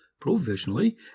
provisionally